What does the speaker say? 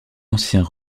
anciens